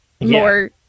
more